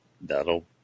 that'll